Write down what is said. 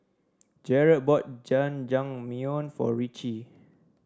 Jerad bought Jajangmyeon for Ricci